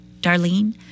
Darlene